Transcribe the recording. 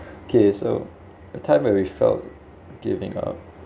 okay so a time where we felt giving up